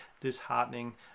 disheartening